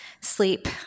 Sleep